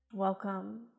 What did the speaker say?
welcome